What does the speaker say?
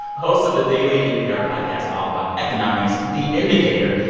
host of the daily npr podcast all about economics, the indicator,